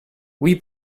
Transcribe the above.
oui